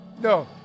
No